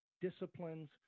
disciplines